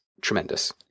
tremendous